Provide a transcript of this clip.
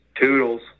Toodles